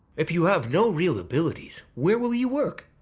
if you have no real abilities, where will you work?